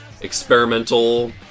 Experimental